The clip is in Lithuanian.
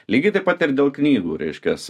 lygiai taip pat ir dėl knygų reiškias